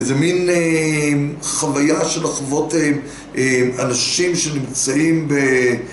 איזו מין חוויה של לחוות עם אנשים שנמצאים ב...